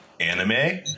anime